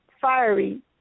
Fiery